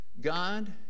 God